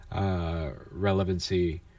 relevancy